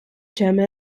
german